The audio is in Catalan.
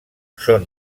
són